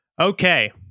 Okay